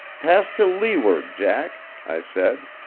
pass to leeward, jack, i said.